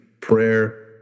prayer